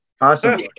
Awesome